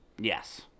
Yes